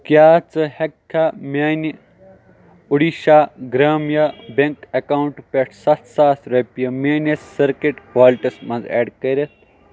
کیٛاہ ژٕ ہیٚککھا میانہِ اُڈیٖشا گرٛامیا بیٚنٛک اٮ۪کاونٹ پٮ۪ٹھ سَتھ ساس رۄپیہِ میٲنِس سرکِٹ والٹَس مَنٛز ایڈ کٔرِتھ